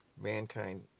mankind